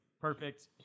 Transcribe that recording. perfect